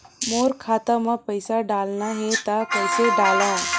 मोर खाता म पईसा डालना हे त कइसे डालव?